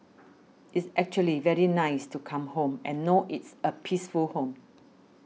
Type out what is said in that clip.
it's actually very nice to come home and know it's a peaceful home